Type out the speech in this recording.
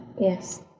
yes